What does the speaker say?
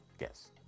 yes